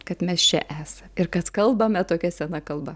kad mes čia esa ir kad kalbame tokia sena kalba